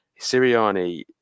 Sirianni